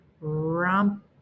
Rump